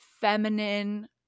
feminine